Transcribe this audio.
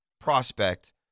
prospect